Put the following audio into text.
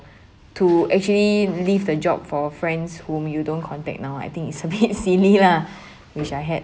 to actually leave the job for friends whom you don't contact now I think it's a bit silly lah which I had